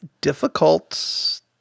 difficult